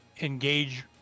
engage